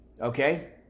Okay